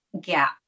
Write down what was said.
gap